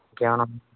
ఇంకేవైన